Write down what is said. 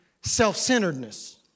self-centeredness